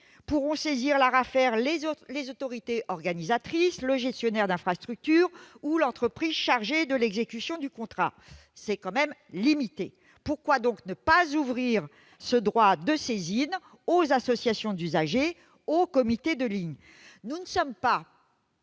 pourront saisir l'ARAFER, les autorités organisatrices, le gestionnaire d'infrastructure ou l'entreprise chargée de l'exécution du contrat. C'est tout de même limité ! Pourquoi ne pas ouvrir ce droit de saisine aux associations d'usagers, aux comités de lignes ? Nous ne sommes pas